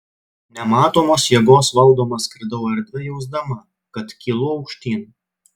nematomos jėgos valdoma skridau erdve jausdama kad kylu aukštyn